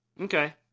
Okay